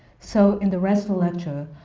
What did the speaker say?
so in the rest of the lecture,